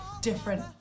different